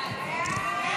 לא